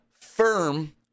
firm